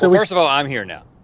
so first of all, i'm here now.